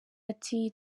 ati